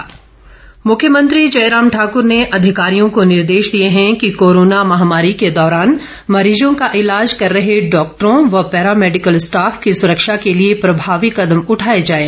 मुख्यमंत्री मुख्यमंत्री जयराम ठाकुर ने अधिकारियों को निर्देश दिए हैं कि कोरोना महामारी के दौरान मरीजों का ईलाज कर रहे डॉक्टरों व पैरामैडिकल स्टॉफ की सुरक्षा के लिए प्रभावी कदम उठाए जाएं